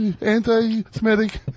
anti-Semitic